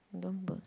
numbers